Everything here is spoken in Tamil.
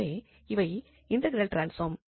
எனவே இவை இன்டெக்ரல் டிரான்ஸ்பாம்